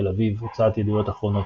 תל אביב הוצאת ידיעות אחרונות,